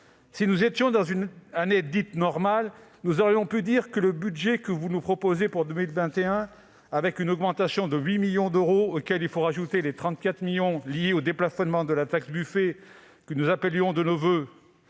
Si nous étions dans une année « normale », nous aurions pu dire que le budget que vous nous proposez pour 2021 va dans le bon sens avec une augmentation de 8 millions d'euros, à laquelle il faut ajouter les 34 millions d'euros liés au déplafonnement de la taxe Buffet que nous appelions de nos voeux.